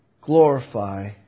glorify